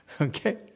Okay